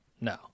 no